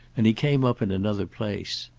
and he came up in another place.